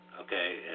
okay